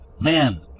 Man